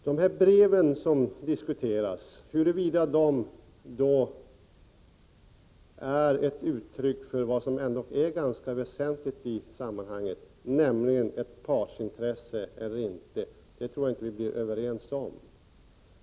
Huruvida de brev som här diskuteras är ett uttryck för ett partsintresse — vilket är ganska väsentligt i sammanhanget — tror jag inte vi blir överens om.